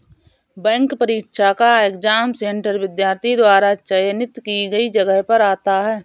bank परीक्षा का exam centre विद्यार्थी द्वारा चयनित की गई जगह पर आता है